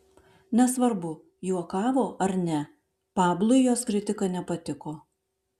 nesvarbu juokavo ar ne pablui jos kritika nepatiko